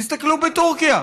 תסתכלו בטורקיה,